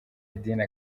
idini